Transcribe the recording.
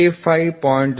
000 ಜೊತೆಗೆ 0